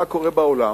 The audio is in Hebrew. מה קורה בעולם,